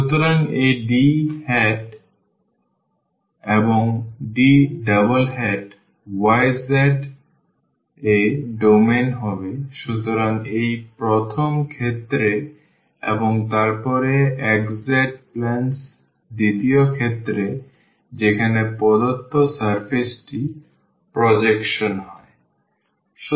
সুতরাং এই D হেট্ এবং D yz এ ডোমেন হবে সুতরাং এই প্রথম ক্ষেত্রে এবং তারপর xz planes দ্বিতীয় ক্ষেত্রে যেখানে প্রদত্ত সারফেসটি প্রজেকশন হয়